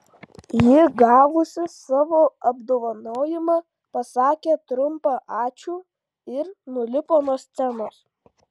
ji gavusi savo apdovanojimą pasakė trumpą ačiū ir nulipo nuo scenos